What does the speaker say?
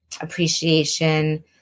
appreciation